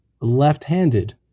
left-handed